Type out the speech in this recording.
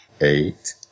Eight